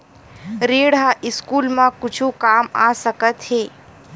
ऋण ह स्कूल मा कुछु काम आ सकत हे?